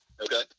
Okay